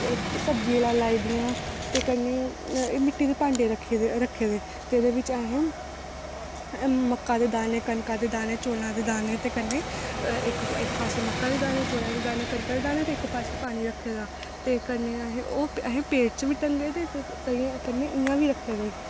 ते सब्ज़ियां लाई दियां ते कन्नै ओह् मित्ती दे भांडे रक्खे दे जेह्दे बिच असें मक्कां दे दाने कनका दे दाने झोना दे दाने ते कन्नै इक पासै मक्का दे दाने ते इक पासै पानी रक्खे दा ते कन्नै ओह् असें पेड़ च बी टंगे दे ते कन्नै इ'यां बी रक्खे दे